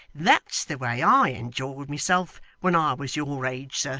that's the way i enjoyed myself when i was your age, sir